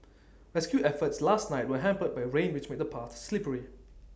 rescue efforts last night were hampered by rain which made the paths slippery